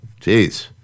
Jeez